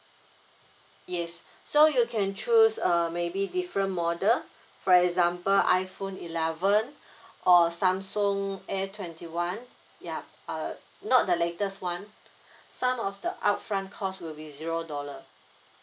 yes so you can choose uh maybe different model for example iPhone eleven or Samsung S twenty one ya uh not the latest [one] some of the upfront cost will be zero dollar